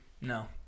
No